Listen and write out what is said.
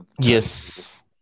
Yes